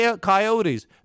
coyotes